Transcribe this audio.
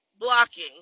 blocking